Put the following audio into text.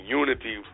unity